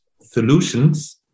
solutions